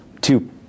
two